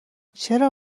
چرا